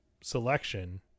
selection